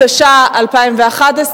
התשע"א 2011,